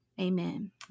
Amen